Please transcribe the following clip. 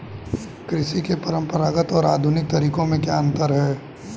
कृषि के परंपरागत और आधुनिक तरीकों में क्या अंतर है?